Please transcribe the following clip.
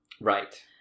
Right